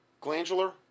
glandular